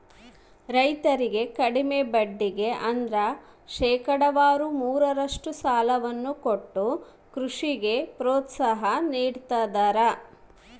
ರೈತರಿಗೆ ಕಡಿಮೆ ಬಡ್ಡಿಗೆ ಅಂದ್ರ ಶೇಕಡಾವಾರು ಮೂರರಷ್ಟು ಸಾಲವನ್ನ ಕೊಟ್ಟು ಕೃಷಿಗೆ ಪ್ರೋತ್ಸಾಹ ನೀಡ್ತದರ